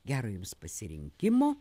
gero jums pasirinkimo